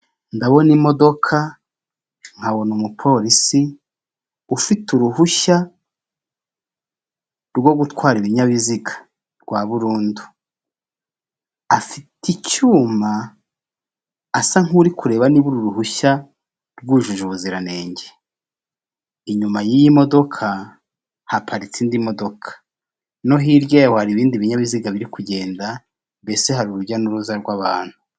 Ndabona imodoka nkabona umupolisi ufite uruhushya rwo gutwara ibinyabiziga rwa burundu, afite icyuma asa nk'uri kureba niba uru ruhushya, rwujuje ubuziranenge. Iinyuma y'iyi modoka haparitse indi modoka no hirya hari ibindi binyabiziga biri kugenda, mbese hari urujya n'uruza rw'abantu.